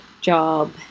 job